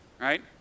right